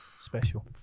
special